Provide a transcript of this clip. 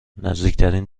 نزدیکترین